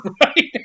right